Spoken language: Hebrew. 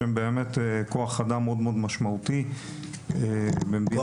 שהן באמת כוח אדם מאוד-מאוד משמעותי במדינת ישראל.